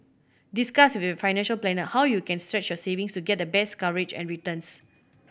discuss with a financial planner how you can stretch your saving to get the best coverage and returns